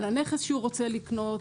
על הנכס שהוא רוצה לקנות,